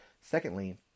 Secondly